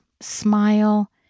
smile